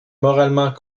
moralement